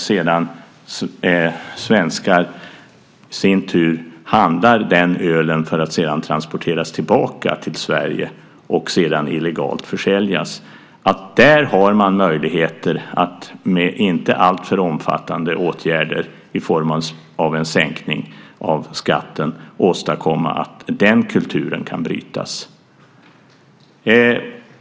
Sedan handlar svenskar den ölen för att transportera tillbaka den till Sverige och sedan sälja den illegalt. Där har man möjligheter att med inte alltför omfattande åtgärder i form av en sänkning av skatten åstadkomma att den kulturen kan brytas.